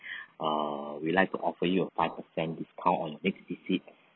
err we would like to offer you a five percent discount on your next visit